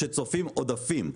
כשצופים עודפים.